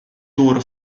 tour